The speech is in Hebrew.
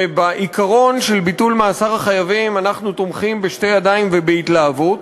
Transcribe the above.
ובעיקרון של ביטול מאסר החייבים אנחנו תומכים בשתי ידיים ובהתלהבות,